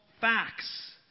facts